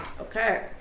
Okay